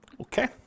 Okay